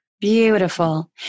Beautiful